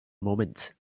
moment